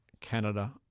Canada